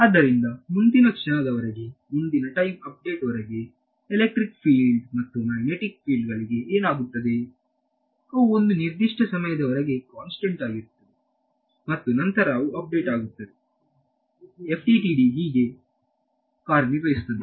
ಆದ್ದರಿಂದ ಮುಂದಿನ ಕ್ಷಣದವರೆಗೆ ಮುಂದಿನ ಟೈಮ್ ಅಪ್ಡೇಟ್ ವರಗೆ ಎಲೆಕ್ಟ್ರಿಕ್ ಫೀಲ್ಡ್ ಮತ್ತು ಮ್ಯಾಗ್ನೆಟಿಕ್ ಫೀಲ್ಡ್ ಗಳಿಗೆ ಏನಾಗುತ್ತದೆ ಅವು ಒಂದು ನಿರ್ದಿಷ್ಟ ಸಮಯದವರಗೆ ಕಾನ್ಸ್ಟೆಂಟ್ ವಾಗಿರುತ್ತವೆ ಮತ್ತು ನಂತರ ಅವು ಅಪ್ಡೇಟ್ ಆಗುತ್ತದೆFDTD ಹೀಗೆ ಕಾರ್ಯನಿರ್ವಹಿಸುತ್ತದೆ